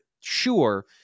Sure